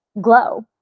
glow